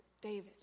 David